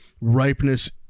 ripeness